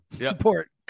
Support